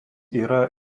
yra